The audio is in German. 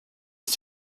ist